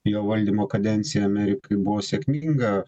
jo valdymo kadencija amerikai buvo sėkminga